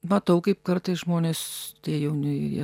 matau kaip kartais žmonės tie jauni jie